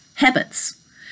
habits